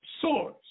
source